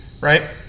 right